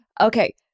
okay